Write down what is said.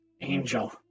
angel